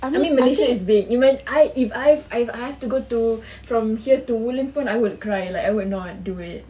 I mean malaysia is big if I've I've I've to go to from here to woodlands pun I would cry like I would not do it